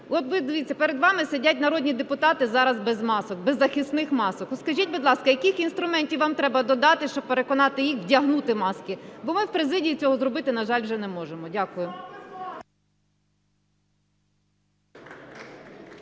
От, дивіться, перед вами сидять народні депутати зараз без масок, без захисних масок. Скажіть, будь ласка, яких інструментів вам треба додати, щоб переконати їх вдягнути маски, бо ми в президії цього зробити, на жаль, вже не можемо? Дякую.